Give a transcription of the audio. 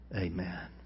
Amen